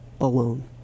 alone